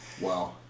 Wow